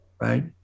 Right